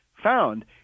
found